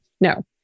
no